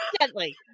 Gently